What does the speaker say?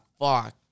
fuck